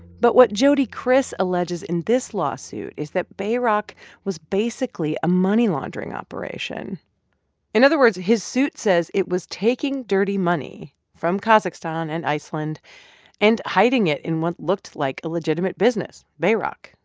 but what jody kriss alleges in this lawsuit is that bayrock was basically a money laundering operation in other words, his suit says it was taking dirty money from kazakhstan and iceland and hiding it in what looked like a legitimate business, bayrock,